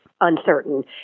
uncertain